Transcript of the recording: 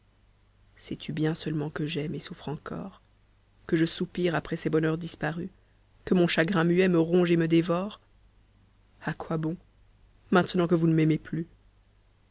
sais-tu bien seulement que j'aime et souffre encore que je soupire après ces bonheurs disparus que mon chagrin muet me ronge et me dévore a quoi bon maintenant que vous ne m'aimez plus